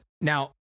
Now